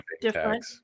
different